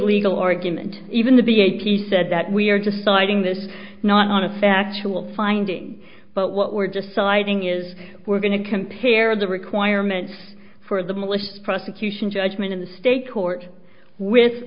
legal argument even the b a p said that we are deciding this not on a factual finding but what we're deciding is we're going to compare the requirements for the malicious prosecution judgment in the state court with